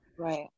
Right